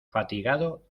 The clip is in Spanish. fatigado